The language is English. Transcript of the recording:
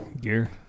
gear